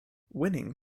winning